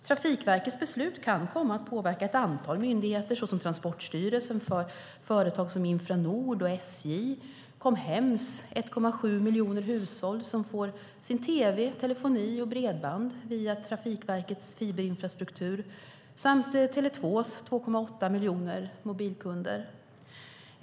Trafikverkets beslut kan komma att påverka ett antal myndigheter såsom Transportstyrelsen, företag som Infranord och SJ, Com Hems 1,7 miljoner hushåll som får sin tv, telefoni och bredband via Trafikverkets fiberinfrastruktur, samt Tele 2:s 2,8 miljoner mobilkunder.